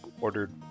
ordered